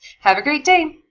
have a great day!